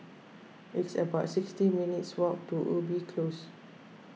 it's about sixty minutes' walk to Ubi Close